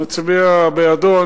נצביע בעדו.